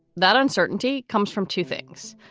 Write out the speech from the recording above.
that uncertainty comes from two things,